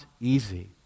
easy